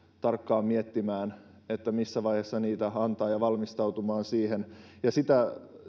tarkkaan miettimään missä vaiheessa niitä antaa ja valmistautumaan siihen ja